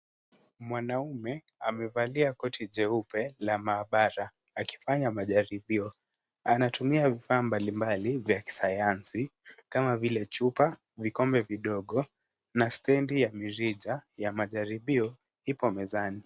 Mwanaume amevalia koti jeupe la maabara akifanya majaribio. Anatumia vifaa mbalimbali vya kisayansi kama vile chupa, vikombe vidogo na stendi ya mirija ya majaribio iko mezani.